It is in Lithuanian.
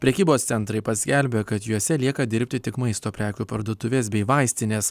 prekybos centrai paskelbė kad juose lieka dirbti tik maisto prekių parduotuvės bei vaistinės